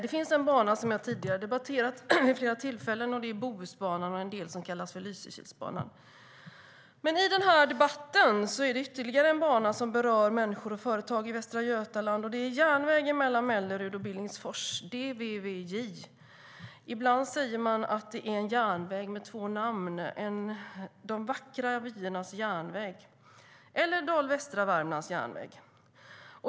En bana som jag tidigare har debatterat vid flera tillfällen är Bohusbanan och en del som kallas Lysekilsbanan. I den här debatten är det ytterligare en bana som berör människor och företag i Västra Götaland. Det är järnvägen mellan Mellerud och Billingsfors, DVVJ. Ibland säger man att det är en järnväg med två namn: De vackra vyernas järnväg eller Dal-Västra Värmlands Järnväg.